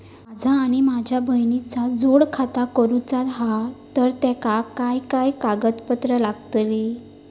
माझा आणि माझ्या बहिणीचा जोड खाता करूचा हा तर तेका काय काय कागदपत्र लागतली?